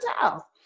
tell